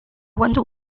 wonder